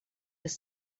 des